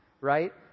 right